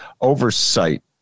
oversight